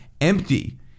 empty